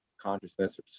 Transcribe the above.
consciousness